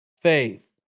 faith